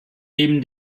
neben